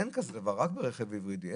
אין כזה דבר, רק ברכב היברידי.